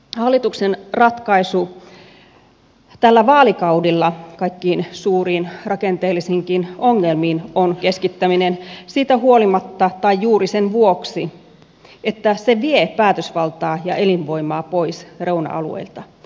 hallituksen ratkaisu tällä vaalikaudella kaikkiin suuriin rakenteellisiinkin ongelmiin on keskittäminen siitä huolimatta tai juuri sen vuoksi että se vie päätösvaltaa ja elinvoimaa pois reuna alueilta